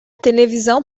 televisão